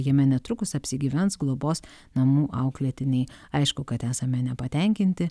jame netrukus apsigyvens globos namų auklėtiniai aišku kad esame nepatenkinti